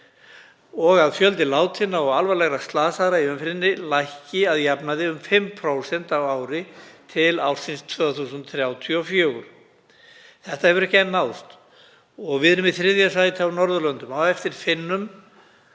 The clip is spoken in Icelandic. og að fjöldi látinna og alvarlega slasaðra í umferðinni lækki að jafnaði um 5% á ári til ársins 2034. Það hefur ekki enn náðst. Við erum í þriðja sæti á Norðurlöndum, á eftir Finnum